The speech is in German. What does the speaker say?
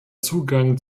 zugang